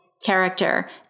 character